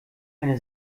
eine